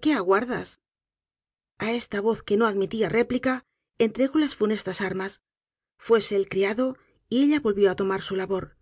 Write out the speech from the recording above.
qué aguardas a esta voz que no admitía réplica entregó las funestas armas fuese el criado y ella volvió á lomar su labor